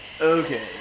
Okay